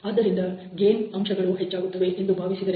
ಆದ್ದರಿಂದ ಗೇನ್ ಅಂಶಗಳು ಹೆಚ್ಚಾಗುತ್ತವೆ ಎಂದು ಭಾವಿಸಿದರೆ